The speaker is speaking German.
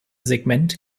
segment